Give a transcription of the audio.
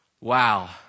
wow